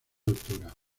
altura